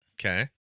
Okay